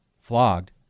flogged